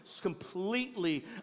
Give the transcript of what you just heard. completely